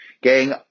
Gang